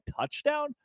touchdown